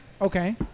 Okay